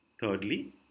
Thirdly